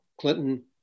Clinton